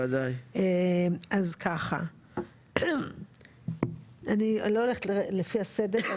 אז ככה, אני לא הולכת לפי הסדר.